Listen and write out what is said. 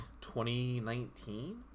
2019